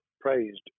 praised